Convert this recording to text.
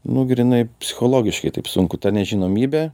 nu grynai psichologiškai taip sunku ta nežinomybė